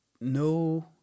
no